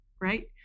right